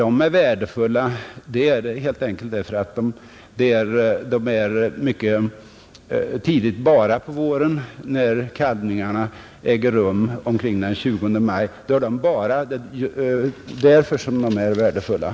De är värdefulla helt enkelt därför att de är bara från snö mycket tidigt på våren när kalvningarna äger rum, omkring den 20 maj.